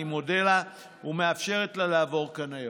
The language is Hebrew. אני מודה לה, ומאפשר לה לעבור כאן היום.